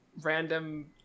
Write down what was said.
random